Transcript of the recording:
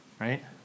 right